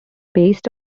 based